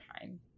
time